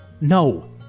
no